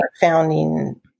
founding